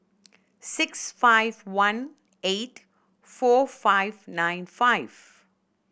six five one eight four five nine five